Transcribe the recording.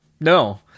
no